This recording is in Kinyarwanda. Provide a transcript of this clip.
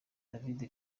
david